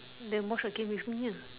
then watch the game with me ah